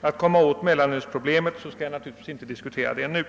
att komma åt mellanölsproblemet, skall jag naturligtvis inte diskutera det nu.